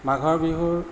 মাঘৰ বিহুৰ